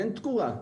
אין תקורה.